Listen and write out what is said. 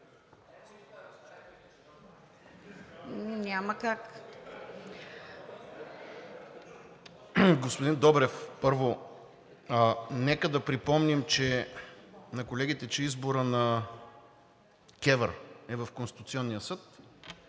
Господин Добрев, първо, нека да припомним на колегите, че изборът на КЕВР е в Конституционния съд